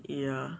yeah